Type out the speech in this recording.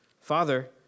Father